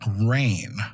Rain